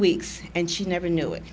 weeks and she never knew it